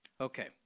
Okay